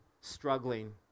struggling